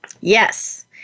Yes